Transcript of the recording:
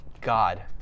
God